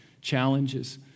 challenges